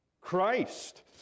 Christ